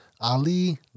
Ali